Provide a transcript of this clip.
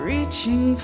Reaching